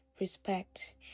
Respect